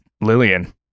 Lillian